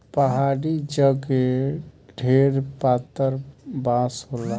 पहाड़ी जगे ढेर पातर बाँस होला